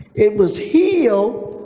it was healed.